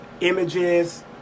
images